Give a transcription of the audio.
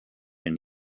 and